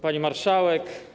Pani Marszałek!